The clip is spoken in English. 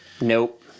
Nope